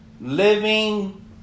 Living